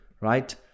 right